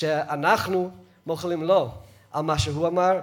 שאנחנו מוחלים לו על מה שהוא אמר,